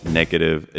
negative